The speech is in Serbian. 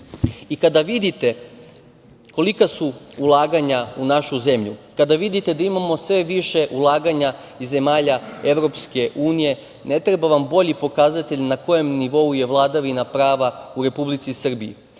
vidite kolika su ulaganja u našu zemlju, kada vidite da imamo sve više ulaganja iz zemalja Evropske unije, ne treba vam bolji pokazatelj na kojem je nivou vladavina prava u Republici Srbiji,